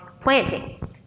planting